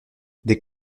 des